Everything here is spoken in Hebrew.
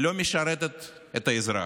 לא משרתת את האזרח.